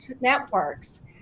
Networks